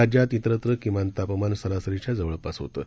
राज्यात त्विस्त्र किमान तापमान सरासरीच्या जवळपास होतं